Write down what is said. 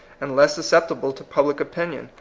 and less susceptible to public opinion,